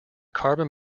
carbon